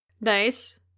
Nice